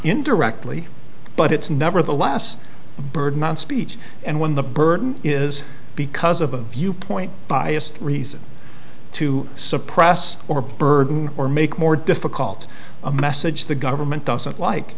indirectly but it's never the last birdman speech and when the burden is because of a viewpoint biased reason to suppress or burden or make more difficult a message the government doesn't like